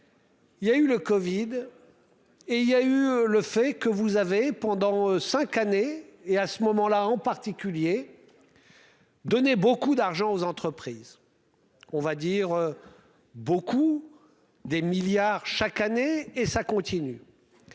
Il y a eu le Covid. Et il y a eu le fait que vous avez pendant 5 années et à ce moment-là en particulier. Donner beaucoup d'argent aux entreprises. On va dire. Beaucoup. Des milliards chaque année. Et ça continue.